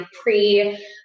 pre